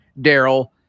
Daryl